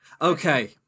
Okay